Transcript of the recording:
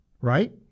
right